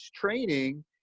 training